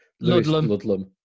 Ludlam